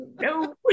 No